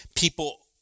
people